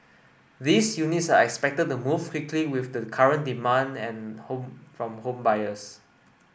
these units are expected the move quickly with the current demand and home from home buyers